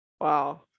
Wow